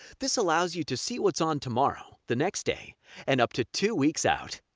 this allows you to see what's on tomorrow, the next day and up to two weeks out.